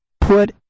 put